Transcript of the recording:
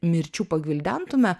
mirčių pagvildentume